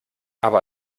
aber